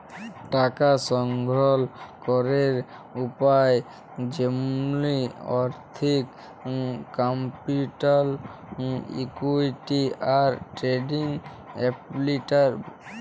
টাকা সংগ্রহল ক্যরের উপায় যেমলি আর্থিক ক্যাপিটাল, ইকুইটি, আর ট্রেডিং ক্যাপিটাল